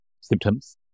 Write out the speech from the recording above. symptoms